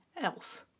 else